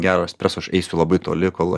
gero espreso aš eisiu labai toli kol